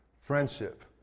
Friendship